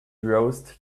browsed